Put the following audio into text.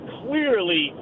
clearly